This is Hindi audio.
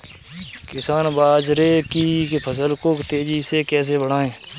किसान बाजरे की फसल को तेजी से कैसे बढ़ाएँ?